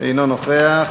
אינו נוכח.